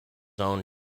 own